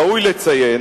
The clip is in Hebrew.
ראוי לציין